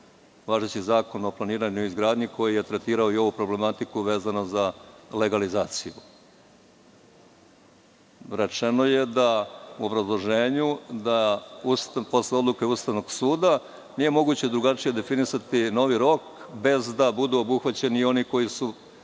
važeći Zakon o planiranju i izgradnji, koji je tretirao i ovu problematiku, vezano za legalizaciju? Rečeno je u obrazloženju da posle odluke Ustavnog suda nije moguće drugačije definisati novi rok, bez da budu obuhvaćeni i oni koji su